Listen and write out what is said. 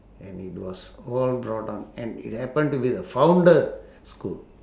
and it was all brought up and it happened to be the founder school